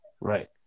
Right